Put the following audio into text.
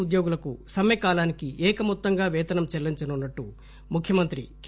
ఉద్యోగులకు సమ్మె కాలానికి ఏకమొత్తంగా పేతనం చెల్లించనున్నట్టు ముఖ్యమంత్రి కె